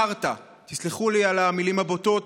חארטה, תסלחו לי על המילים הבוטות.